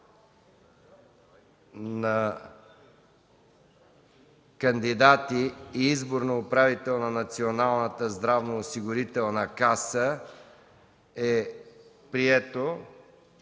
на кандидати и избор на управител на Националната здравноосигурителна каса е приет.